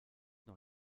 dans